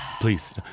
Please